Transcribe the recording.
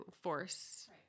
force